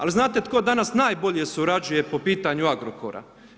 Ali znate tko danas najbolje surađuje po pitanju Agrokora?